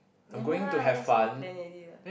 never mind lah just say you plan already lah